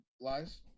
Lies